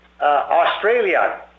Australia